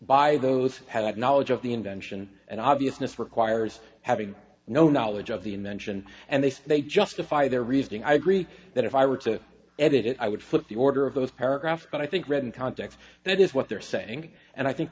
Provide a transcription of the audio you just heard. by those have knowledge of the invention and obviousness requires having no knowledge of the invention and they say they justify their reasoning i agree that if i were to edit it i would flip the order of those paragraphs but i think read in context that is what they're saying and i think